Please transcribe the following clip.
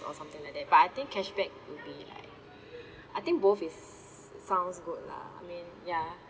or something like that but I think cashback would be like I think both is sounds good lah I mean yeah